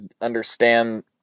understand